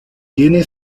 tiene